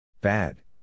Bad